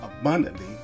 abundantly